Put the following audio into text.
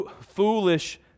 Foolish